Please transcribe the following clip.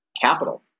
capital